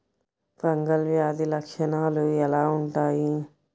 Fungal వ్యాధి లక్షనాలు ఎలా వుంటాయి?